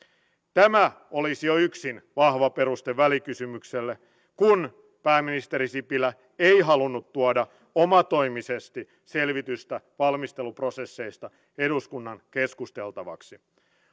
tämä olisi jo yksi vahva peruste välikysymykselle kun pääministeri sipilä ei halunnut tuoda omatoimisesti selvitystä valmisteluprosesseista eduskunnan keskusteltavaksi